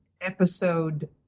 episode